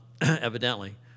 evidently